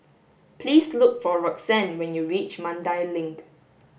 please look for Roxann when you reach Mandai Link